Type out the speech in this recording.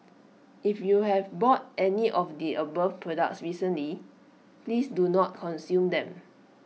if you have bought any of the above products recently please do not consume them